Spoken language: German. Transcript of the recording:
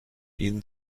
ihnen